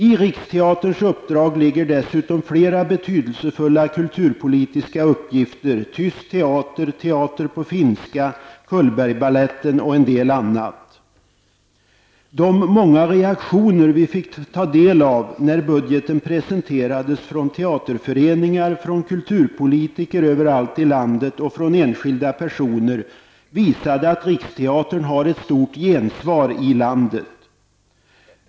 I riksteaterns uppdrag innefattas dessutom flera betydelsefulla kulturpolitiska uppgifter, t.ex. tyst teater, teater på finska och Cullbergbaletten. Att döma av de många reaktionerna när budgeten presenterades från teaterföreningar, från kulturpolitiker överallt i landet och från enskilda personer får Riksteatern ett stort gensvar ute i landet.